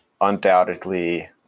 undoubtedly